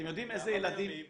למה בימים?